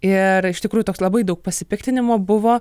ir iš tikrųjų toks labai daug pasipiktinimo buvo